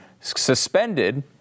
suspended